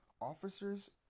officers